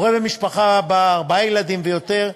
הורה במשפחה בת ארבעה ילדים ויותר,